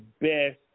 best